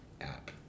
app